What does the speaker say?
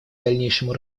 дальнейшему